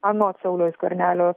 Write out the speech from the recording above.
anot sauliaus skvernelio